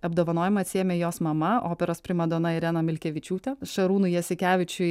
apdovanojimą atsiėmė jos mama operos primadona irena milkevičiūtė šarūnui jasikevičiui